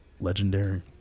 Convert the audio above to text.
Legendary